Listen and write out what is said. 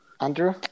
Andrew